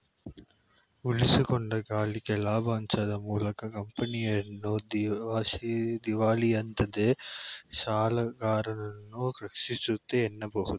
ಉಳಿಸಿಕೊಂಡ ಗಳಿಕೆ ಲಾಭಾಂಶದ ಮೂಲಕ ಕಂಪನಿಯನ್ನ ದಿವಾಳಿಯಾಗದಂತೆ ಸಾಲಗಾರರನ್ನ ರಕ್ಷಿಸುತ್ತೆ ಎನ್ನಬಹುದು